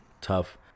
tough